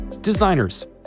Designers